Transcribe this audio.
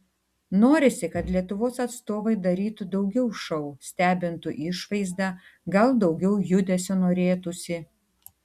norisi kad lietuvos atstovai darytų daugiau šou stebintų išvaizda gal daugiau judesio norėtųsi